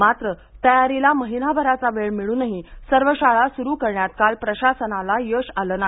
मात्र तयारीला महिनाभराचा वेळ मिळूनही सर्व शाळा सुरू करण्यात काल प्रशासनाला यश आलं नाही